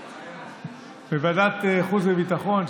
בוועדת חוץ וביטחון,